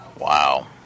Wow